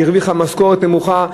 שהרוויחה משכורת נמוכה,